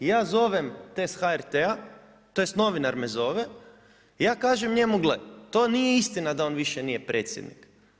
I ja zovem te s HRT-a tj. novinar me zove i ja kažem njemu gle to nije istina da on više nije predsjednik.